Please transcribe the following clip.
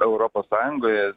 europos sąjungoje